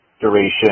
duration